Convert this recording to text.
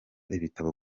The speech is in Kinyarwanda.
ibitabo